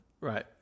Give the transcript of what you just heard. Right